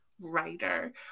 writer